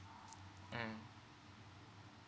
mm